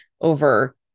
over